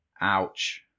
Ouch